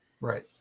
right